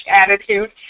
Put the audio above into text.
attitude